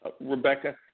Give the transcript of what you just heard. Rebecca